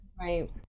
right